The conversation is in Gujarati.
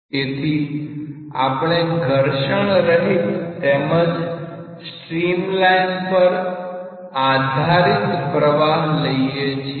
તેથી આપણે ઘર્ષણરહિત તેમજ સ્ટ્રીમલાઇન પર આધારિત પ્રવાહ લઈએ છીએ